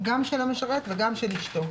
גם של המשרת וגם של אשתו,